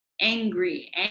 angry